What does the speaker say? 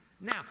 now